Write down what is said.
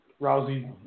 Rousey